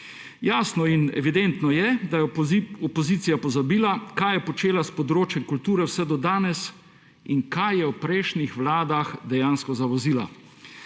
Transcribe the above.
Jasno in evidentno je, da je opozicija pozabila, kaj je počela s področjem kulture vse do danes in kaj je v prejšnjih vladah dejansko zavozila.